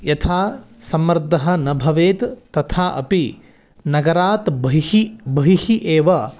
यथा सम्मर्दः न भवेत् तथा अपि नगरात् बहिः बहिः एव